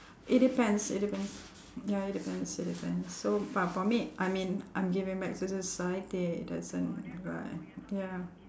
it depends it depends ya it depends it depends so but for me I mean I'm giving back to society it doesn't right ya